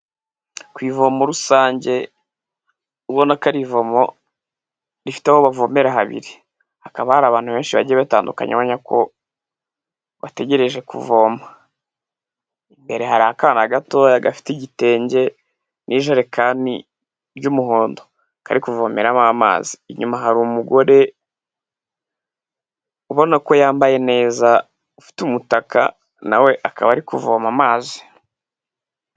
Ku ivomo rusange ubona ko arivomo rifite aho bavomera habiri. Hakaba hari abantu benshi bagiye batandukanye ubonako bategereje kuvoma. Imbere hari akana gatoya gafite igitenge n'ijerekani ry'umuhondo kari kuvomeramo amazi. Inyuma hari umugore ubonako yambaye neza, ufite umutaka na we akaba ari kuvoma amazi.